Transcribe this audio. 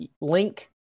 Link